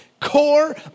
core